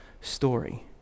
story